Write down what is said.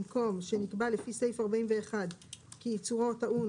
במקום שנקבע לפי סעיף 41 כי ייצורו טעון